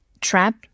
trap